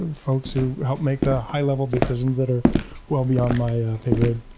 um folks who help make the high-level decisions that are well beyond my pay grade.